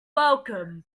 welcome